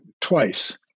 twice